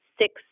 six